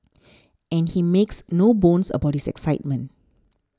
and he makes no bones about his excitement